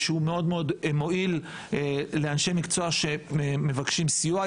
והוא מאוד מאוד מועיל לאנשי מקצוע שמבקשים סיוע.